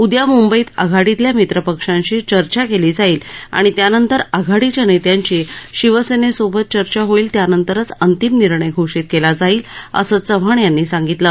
उदया मुंबईत आघाडीतल्या मित्रपक्षांशी चर्चा केली जाईल आणि त्यानंतर आघाडीच्या नेत्यांची शिवसेनेसोबत चर्चा होईल त्यानंतरच अंतिम निर्णय घोषित केला जाईल असं चव्हाण यांनी सांगितलं